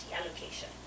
allocation